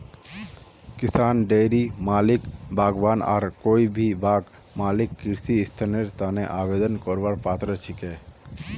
किसान, डेयरी मालिक, बागवान आर कोई भी बाग मालिक कृषि ऋनेर तने आवेदन करवार पात्र छिके